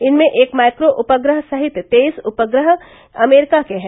इनमें एक माइक्रो उपग्रह सहित तेईस उपग्रह अमरीका के हैं